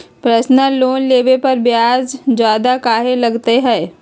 Personal loan लेबे पर ब्याज ज्यादा काहे लागईत है?